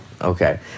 Okay